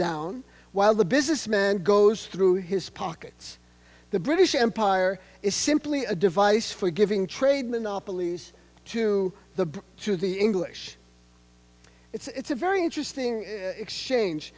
down while the businessman goes through his pockets the british empire is simply a device for giving trade monopolies to the to the english it's a very interesting exchange